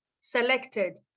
selected